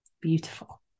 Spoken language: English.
beautiful